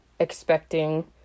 expecting